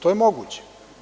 To je moguće.